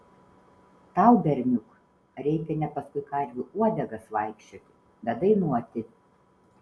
tau berniuk reikia ne paskui karvių uodegas vaikščioti bet dainuoti